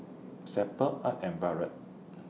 Sable Art and Barrett